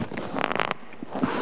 נתקבלה.